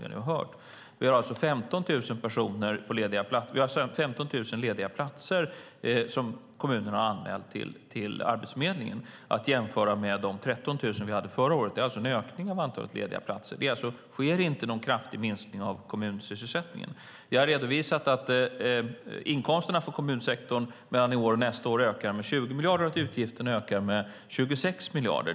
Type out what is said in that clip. Vi har 15 000 lediga platser som kommunerna har anmält till Arbetsförmedlingen, att jämföra med de 13 000 vi hade förra året. Det är alltså en ökning av antalet lediga platser. Det sker ingen kraftig minskning av kommunsysselsättningen. Jag har redovisat att inkomsterna för kommunsektorn mellan detta år och nästa ökar med 20 miljarder och att utgifterna ökar med 26 miljarder.